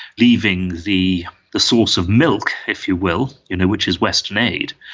leaving the the source of milk, if you will, you know which is western aid,